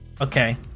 Okay